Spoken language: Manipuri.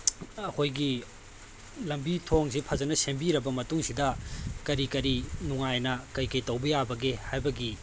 ꯑꯩꯈꯣꯏꯒꯤ ꯂꯝꯕꯤ ꯊꯣꯡꯁꯦ ꯐꯖꯅ ꯁꯦꯝꯕꯤꯔꯕ ꯃꯇꯨꯡꯁꯤꯗ ꯀꯔꯤ ꯀꯔꯤ ꯅꯨꯡꯉꯥꯏꯅ ꯀꯩꯀꯩ ꯇꯧꯕ ꯌꯥꯕꯒꯦ ꯍꯥꯏꯕꯒꯤ